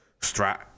Strat